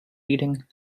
reading